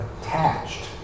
attached